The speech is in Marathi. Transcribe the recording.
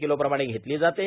किलो प्रमाणे घेतली जाते